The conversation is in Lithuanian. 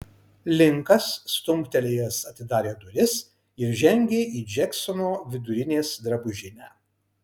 linkas stumtelėjęs atidarė duris ir žengė į džeksono vidurinės drabužinę